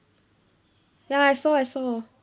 ya I saw I saw